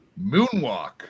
moonwalk